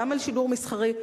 גם בשידור מסחרי,